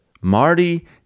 Marty